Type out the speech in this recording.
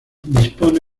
dispone